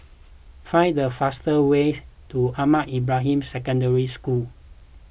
find the faster way to Ahmad Ibrahim Secondary School